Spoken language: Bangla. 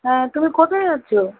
হ্যাঁ তুমি কোথায় আছো